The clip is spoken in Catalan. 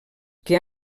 que